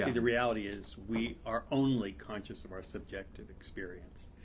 and reality is we are only conscious of our subjective experience.